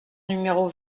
numéro